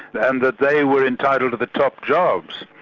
and that they were entitled to the top jobs.